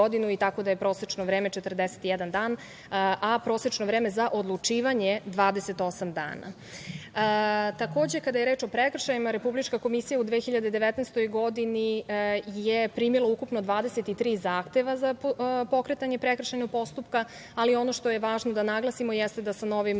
tako da je prosečno vreme 41 dan, a prosečno vreme za odlučivanje 28 dana. Takođe, kada je reč o prekršajima Republička komisija je u 2019. godini primila ukupno 23 zahteva za pokretanje prekršajnog postupka. Ono što je važno da naglasimo, jeste da sa novim